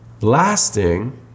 lasting